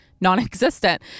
non-existent